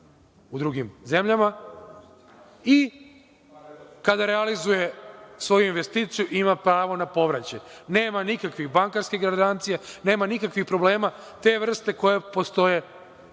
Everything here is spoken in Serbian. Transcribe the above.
u drugim zemljama i kada realizuje svoju investiciju ima pravo na povraćaj. Nema nikakvih bankarskih garancija, nema nikakvih problema te vrste koje postoje